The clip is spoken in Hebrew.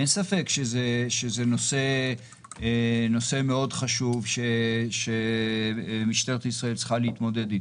אין ספק שזה נושא חשוב מאוד שמשטרת ישראל צריכה להתמודד איתו.